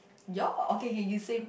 your okay okay you same